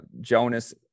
jonas